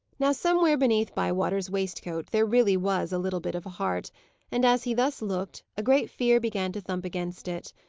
now somewhere beneath bywater's waistcoat, there really was a little bit of heart and, as he thus looked, a great fear began to thump against it.